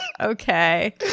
okay